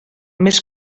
més